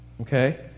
Okay